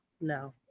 No